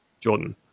Jordan